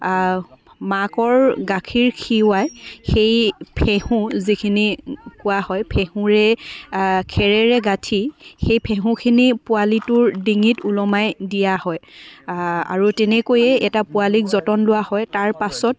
মাকৰ গাখীৰ খীৰাই সেই ফেঁহু যিখিনি কোৱা হয় ফেঁহুৰে খেৰেৰে গাঁঠি সেই ফেঁহুখিনি পোৱালীটোৰ ডিঙিত ওলমাই দিয়া হয় আৰু তেনেকৈয়ে এটা পোৱালিক যতন লোৱা হয় তাৰপাছত